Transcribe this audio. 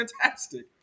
fantastic